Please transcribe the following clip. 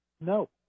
No